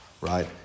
Right